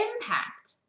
impact